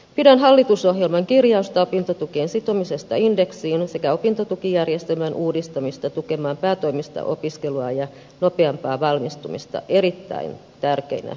pidän hallitusohjelman kirjausta opintotukien sitomisesta indeksiin sekä opintotukijärjestelmän uudistamista tukemaan päätoimista opiskelua ja nopeampaa valmistumista erittäin tärkeinä uudistuksina